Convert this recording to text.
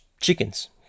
chickens